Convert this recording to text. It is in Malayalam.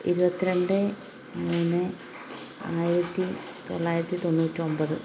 ഇരുപത്തി രണ്ട് മൂന്ന് ആയിരത്തി തൊള്ളായിരത്തി തൊണ്ണൂറ്റൊൻപത്